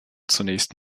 zunächst